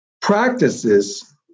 practices